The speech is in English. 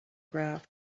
graph